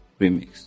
remix